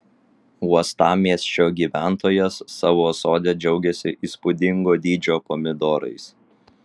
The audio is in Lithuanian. uostamiesčio gyventojas savo sode džiaugiasi įspūdingo dydžio pomidorais